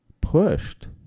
pushed